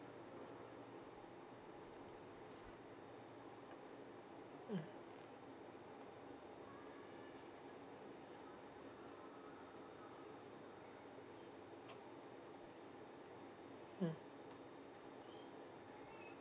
mm mm